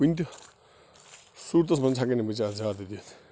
کُنہِ تہِ صوٗرتَس منٛز ہیٚکے نہٕ بہٕ ژےٚ اَتھ زیادٕ دِتھ